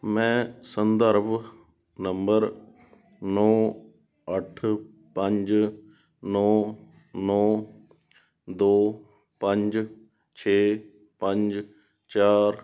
ਮੈਂ ਸੰਦਰਭ ਨੰਬਰ ਨੌਂ ਅੱਠ ਪੰਜ ਨੌਂ ਨੌਂ ਦੋ ਪੰਜ ਛੇ ਪੰਜ ਚਾਰ